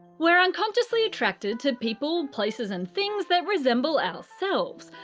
we're unconsciously attracted to people, places and things that resemble ourselves.